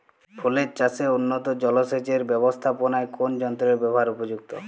ফুলের চাষে উন্নত জলসেচ এর ব্যাবস্থাপনায় কোন যন্ত্রের ব্যবহার উপযুক্ত?